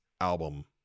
album